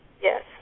Yes